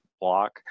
block